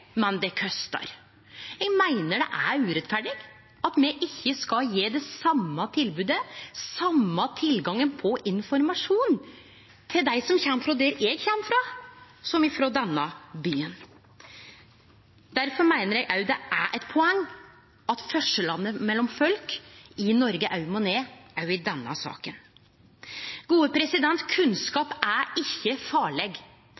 men det kostar. Eg meiner det er urettferdig at me ikkje skal gje det same tilbodet, den same tilgangen på informasjon, til dei som kjem frå der eg kjem frå, som me gjev til dei som kjem frå denne byen. Difor meiner eg også det er eit poeng at forskjellane mellom folk i Noreg må ned, også i denne saka. Kunnskap er ikkje farleg.